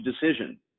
decision